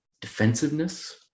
defensiveness